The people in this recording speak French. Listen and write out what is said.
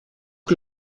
que